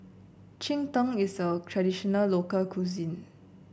Cheng Tng is a traditional local cuisine